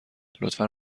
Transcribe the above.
لطفا